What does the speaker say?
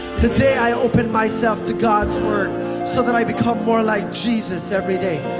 today, i open myself to god's word so that i become more like jesus every day.